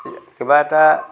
কিবা এটা